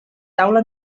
taula